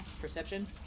perception